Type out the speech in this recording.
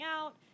out